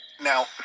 Now